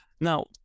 Now